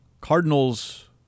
Cardinals